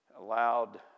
allowed